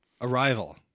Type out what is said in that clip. Arrival